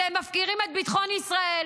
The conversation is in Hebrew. שהם מפקירים את ביטחון ישראל.